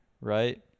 right